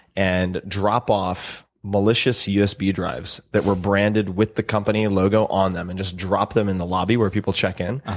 and drop off malicious usb drives that were branded with the company logo on them and just dropped them in the lobby where people check in,